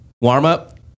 Warm-up